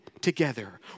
together